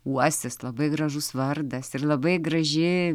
uosis labai gražus vardas ir labai graži